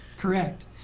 correct